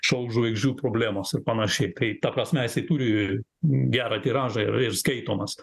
šou žvaigždžių problemos ir panašiai tai ta prasme jisai turi gerą tiražą ir ir skaitomas